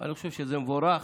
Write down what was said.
אני חושב שזה מבורך,